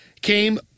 came